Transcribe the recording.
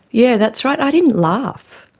yeah that's right. i didn't laugh.